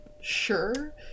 sure